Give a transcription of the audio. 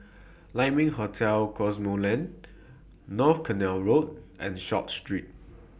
Lai Ming Hotel Cosmoland North Canal Road and Short Street